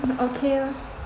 hmm okay lor